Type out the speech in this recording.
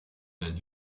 than